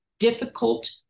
Difficult